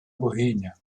богиня